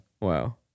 Wow